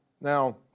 Now